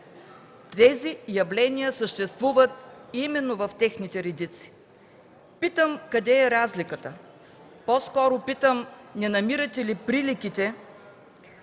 тези явления съществуват именно в техните редици. Питам къде е разликата? По-скоро питам: не намирате ли прилики